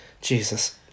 Jesus